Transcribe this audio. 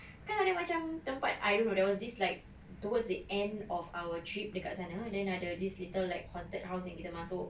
kan ada macam tempat I don't know there was this like towards the end of our trip dekat sana then ada this little like haunted house yang kita masuk